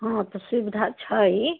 हाँ तऽ सुविधा छै